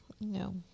No